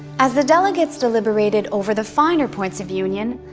as the delegates deliberated over the finer points of union,